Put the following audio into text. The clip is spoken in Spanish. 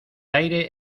aire